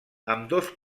ambdós